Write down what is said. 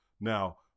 Now